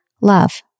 love